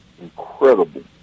incredible